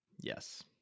Yes